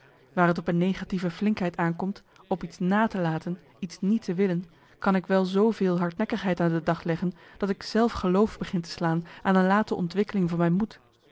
waar het op een negatieve flinkheid aankomt op iets na te laten iets niet te willen kan ik wel zveel hardnekkigheid aan de dag leggen dat ik zelf geloof begin te slaan aan een late ontwikkeling van mijn moed